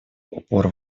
упор